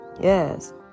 Yes